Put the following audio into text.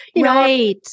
Right